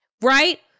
right